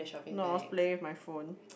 no I was playing with my phone